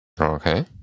Okay